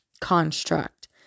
construct